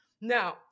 Now